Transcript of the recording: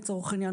לצורך העניין,